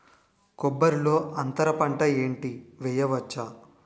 కొబ్బరి లో అంతరపంట ఏంటి వెయ్యొచ్చు?